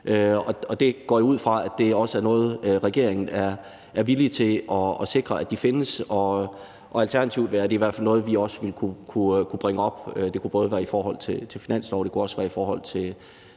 Det går jeg ud fra også er noget regeringen er villig til at sikre, altså at den findes. Alternativt er det i hvert fald noget, vi også vil kunne bringe op; det kunne f.eks. være i forhold til finansloven; det kunne også være i forhold til